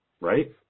right